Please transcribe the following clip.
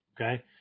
Okay